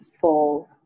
full